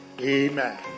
Amen